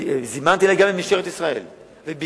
זימנתי אלי גם את משטרת ישראל וביקשתי,